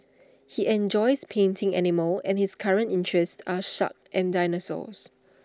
he enjoys painting animals and his current interests are sharks and dinosaurs